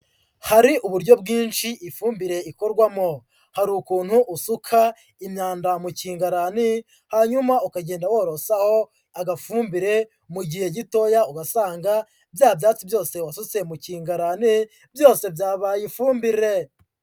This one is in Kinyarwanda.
Hari uburyo bwinshi ifumbire ikorwamo, hari ukuntu usuka imyanda mu kingarani hanyuma ukagenda worosaho agafumbire mu gihe gitoya ugasanga bya byatsi byose wasutse mu kingarane byose byabaye ifumbire.